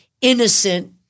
innocent